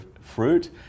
fruit